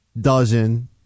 dozen